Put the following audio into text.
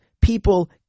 people